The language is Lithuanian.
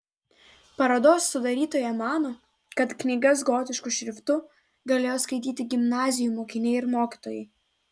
parodos sudarytoja mano kad knygas gotišku šriftu galėjo skaityti gimnazijų mokiniai ir mokytojai